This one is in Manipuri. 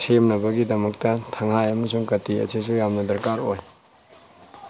ꯁꯦꯝꯅꯕꯒꯤꯗꯃꯛꯇ ꯊꯥꯡꯍꯥꯏ ꯑꯃꯁꯨꯡ ꯀꯥꯇꯤ ꯑꯁꯤꯁꯨ ꯌꯥꯝꯅ ꯗꯔꯀꯥꯔ ꯑꯣꯏ